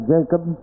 Jacob